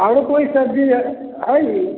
आओरो कोइ सब्जी हइ